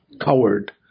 coward